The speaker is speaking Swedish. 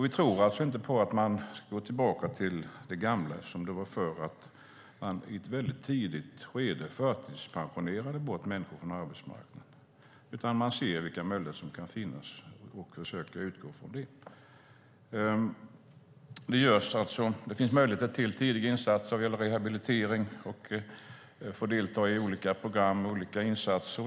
Vi tror alltså inte på att gå tillbaka till det gamla, då man i ett tidigt skede förtidspensionerade bort människor från arbetsmarknaden. Vi ska i stället se vilka möjligheter som kan finnas och försöka utgå från dem. Det finns möjligheter till tidiga insatser eller rehabilitering och att delta i olika program och insatser.